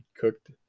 cooked